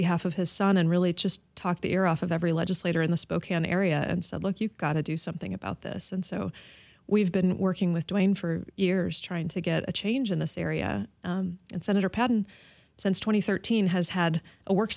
behalf of his son and really just talk the air off of every legislator in the spokane area and said look you've got to do something about this and so we've been working with doing for years trying to get a change in this area and senator patton since twenty thirteen has had a work